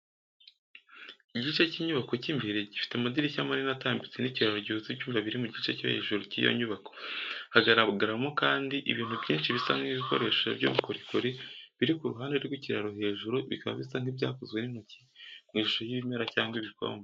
Igice cy’inyubako cy’imbere, gifite amadirishya manini atambitse n’ikiraro gihuza ibyumba biri mu gice cyo hejuru cy’iyo nyubako. Haragaragaramo kandi ibintu byinshi bisa nk’ibikoresho by’ubukorikori biri ku ruhande rw’ikiraro hejuru, bikaba bisa nk’ibyakozwe n’intoki mu ishusho y’ibimera cyangwa ibikombe.